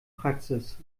praxis